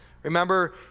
Remember